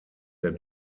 der